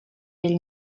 degli